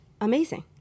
amazing